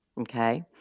okay